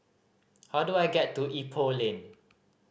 how do I get to Ipoh Lane